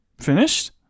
finished